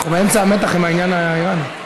אנחנו באמצע המתח עם העניין האיראני.